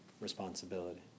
responsibility